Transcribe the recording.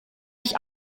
ich